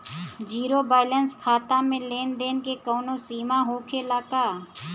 Zero balance खाता में लेन देन के कवनो सीमा होखे ला का?